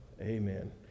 amen